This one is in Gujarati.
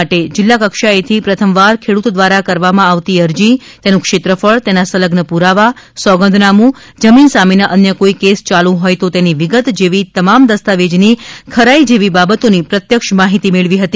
માટે જિલ્લા કક્ષાએથી પ્રથમ વાર ખેડૂત દ્વારા કરવામાં આવતી અરજી તેનું ક્ષેત્રફળ તેના સંલગ્ન પુરાવા સોગંદનામું જમીન સામેના અન્ય કોઇ કેસ યાલુ હોથ તો તેની વિગત જેવી તમામ દસ્તાવેજની ખરાઇ જેવી બાબતોની પ્રત્યક્ષ માહિતી મેળવી હતી